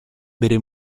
bere